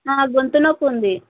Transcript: నాకు గొంతు నొప్పి ఉంది